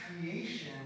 creation